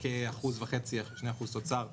-- כאחוז וחצי עד שני אחוז תוצר.